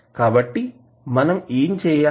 కాబట్టి మనం ఏమి చేయాలి